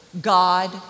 God